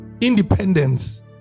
independence